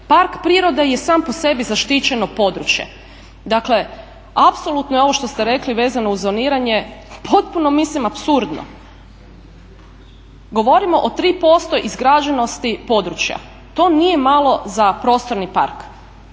Park prirode je sam po sebi zaštićeno područje. Dakle, apsolutno je ovo što ste rekli vezano uz zoniranje potpuno mislim apsurdno. Govorimo o 3% izgrađenosti područja, to nije malo za prostorni park,